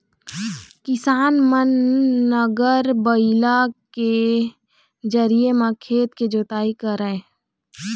किसान मन नांगर, बइला के जरिए म खेत के जोतई करय